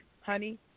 honey